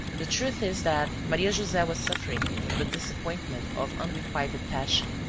the truth is that maria-jose was suffering from the disappointment of unrequited passion.